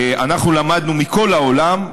אנחנו למדנו מכל העולם,